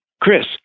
Chris